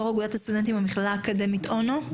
יושב-ראש אגודת הסטודנטים במכללה האקדמית אונו.